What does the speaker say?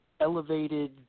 elevated